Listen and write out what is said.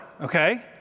Okay